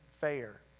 fair